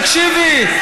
תקשיבי.